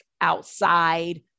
outside